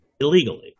illegally